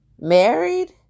Married